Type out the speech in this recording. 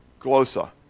glosa